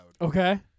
Okay